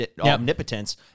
omnipotence